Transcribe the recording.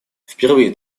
впервые